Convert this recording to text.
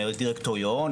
דירקטוריון,